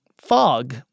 fog